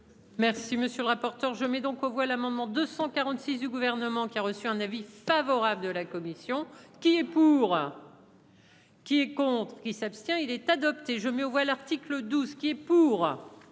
Merci monsieur le rapporteur. Je mets donc aux voix l'amendement 246 du gouvernement qui a reçu un avis favorable de la commission qui est pour. Qui compte qui s'abstient il est adopté, je mets aux voix l'article 12 qui. Pour